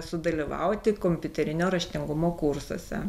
sudalyvauti kompiuterinio raštingumo kursuose